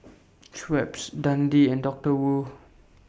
Schweppes Dundee and Doctor Wu